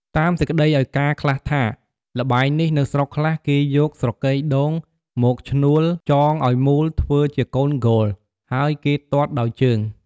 តាមសេចក្តីឲ្យការណ៍ខ្លះថា ល្បែងនេះនៅស្រុកខ្លះ គេយកស្រកីដូងមកឆ្មូលចងឲ្យមូលធ្វើជាកូនគោល ហើយគេទាត់ដោយជើង។